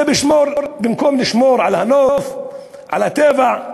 זה במקום לשמור על הנוף, על הטבע.